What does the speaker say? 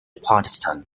partisans